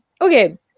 okay